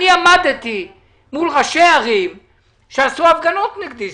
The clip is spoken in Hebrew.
אני עמדתי מול ראשי ערים שעשו הפגנות נגדי,